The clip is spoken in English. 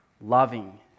loving